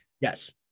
Yes